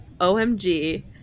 OMG